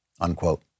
unquote